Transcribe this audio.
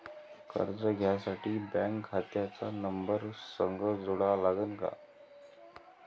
कर्ज घ्यासाठी बँक खात्याचा नंबर संग जोडा लागन का?